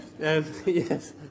Yes